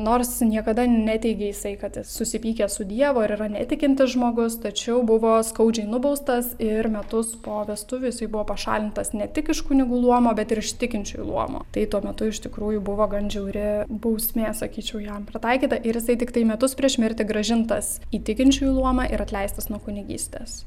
nors niekada neteigė jisai kad jis susipykęs su dievo ir yra netikintis žmogus tačiau buvo skaudžiai nubaustas ir metus po vestuvių jisai buvo pašalintas ne tik iš kunigų luomo bet ir iš tikinčiųjų luomo tai tuo metu iš tikrųjų buvo gan žiauri bausmė sakyčiau jam pritaikyta ir jisai tiktai metus prieš mirtį grąžintas į tikinčiųjų luomą ir atleistas nuo kunigystės